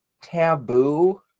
taboo